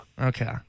Okay